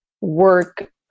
Work